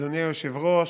אדוני היושב-ראש,